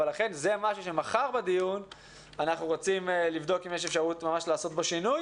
אבל זה משהו שמחר בדיון אנחנו רוצים לבדוק אם יש אפשרות לעשות בו שינוי.